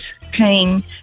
pain